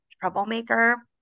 troublemaker